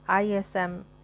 ISM